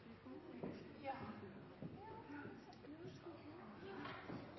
kommet